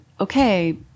okay